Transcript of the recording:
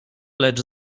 lecz